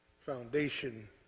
foundation